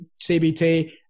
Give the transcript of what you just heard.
cbt